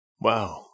wow